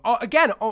again